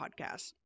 podcast